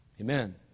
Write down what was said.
Amen